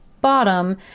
bottom